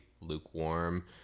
lukewarm